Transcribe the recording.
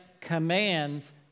commands